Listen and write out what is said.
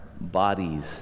bodies